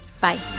Bye